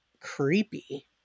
creepy